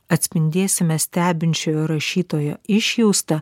atspindėsime stebinčiojo rašytojo išjaustą